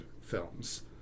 films